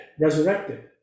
resurrected